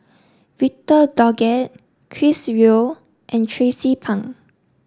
Victor Doggett Chris Yeo and Tracie Pang